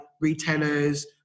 retailers